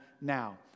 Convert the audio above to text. now